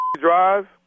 drive